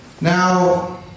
Now